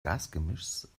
gasgemischs